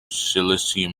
silesian